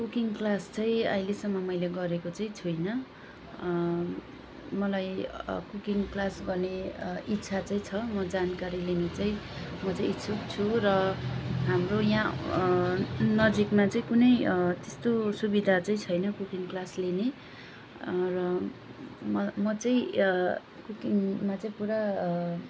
cooking class चाहिँ अहिलेसम्म मैले गरेको चाहिँ छुइनँ मलाई कुकिङ क्लास गर्ने इच्छा चाहिँ छ म जानकारी लिनु चाहिँ म चाहिँ इच्छुक छु र हाम्रो यहाँ नजिकमा चाहिँ कुनै त्यस्तो सुविधा चाहिँ छैन कुकिङ क्लास लिने र म म चाहिँ कुकिङमा चाहिँ पुरा